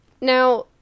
now